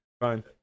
fine